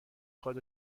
خواد